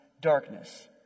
darkness